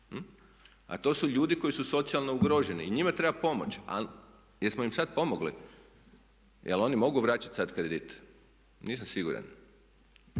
a to su ljudi koji su socijalno ugroženi i njima treba pomoći. A jesmo li im sad pomogli? Jel' oni mogu vraćati sad kredit? Nisam siguran.